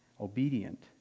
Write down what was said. obedient